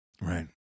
Right